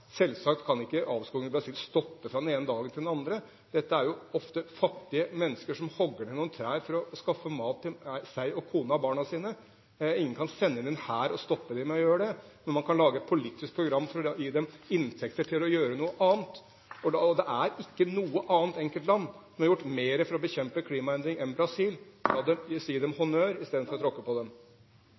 ene dagen til den andre. Det er jo ofte fattige mennesker som hogger ned noen trær for å skaffe mat til seg selv, kona og barna sine. Ingen kan sende inn en hær og stoppe dem fra å gjøre det, men man kan lage et politisk program for å gi dem inntekter for å gjøre noe annet. Det er ikke noe annet enkeltland som har gjort mer for å bekjempe klimaendring enn Brasil. La oss gi dem honnør istedenfor å tråkke på dem.